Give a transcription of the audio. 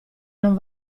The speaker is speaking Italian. non